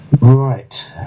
right